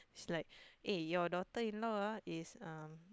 is like eh your daughter in law ah is um